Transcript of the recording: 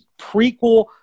prequel